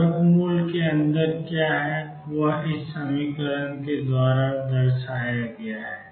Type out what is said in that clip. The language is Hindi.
वर्गमूल में अंदर क्या होता है